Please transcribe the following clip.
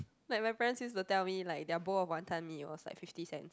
like my parents used to tell me like their bowl of Wanton-Mee was like fifty cent